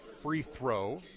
free-throw